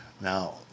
Now